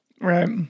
Right